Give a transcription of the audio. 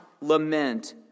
lament